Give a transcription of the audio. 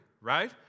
right